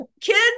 kids